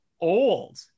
old